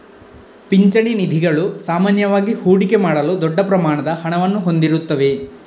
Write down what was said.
ಪಿಂಚಣಿ ನಿಧಿಗಳು ಸಾಮಾನ್ಯವಾಗಿ ಹೂಡಿಕೆ ಮಾಡಲು ದೊಡ್ಡ ಪ್ರಮಾಣದ ಹಣವನ್ನು ಹೊಂದಿರುತ್ತವೆ